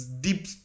deep